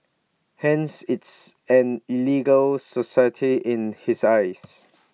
hence it's an illegal society in his eyes